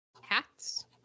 hats